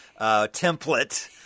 template